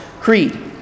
Creed